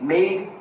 Made